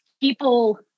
people